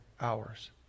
hours